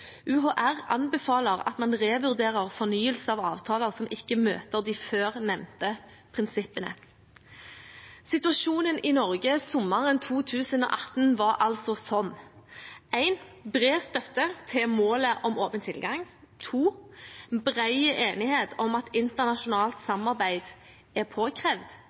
UHR anbefaler at man revurderer fornyelse av avtaler som ikke møter de før nevnte prinsippene.» Situasjonen i Norge sommeren 2018 var altså slik: Det var bred støtte til målet om åpen tilgang. Det var bred enighet om at internasjonalt samarbeid er påkrevd.